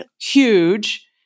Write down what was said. Huge